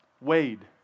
Wade